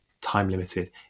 time-limited